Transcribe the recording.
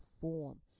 form